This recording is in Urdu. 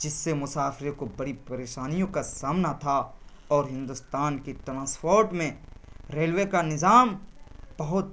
جس سے مسافروں کو بڑی پریشانیوں کا سامنا تھا اور ہندوستان کے ٹرانسپورٹ میں ریلوے کا نظام بہت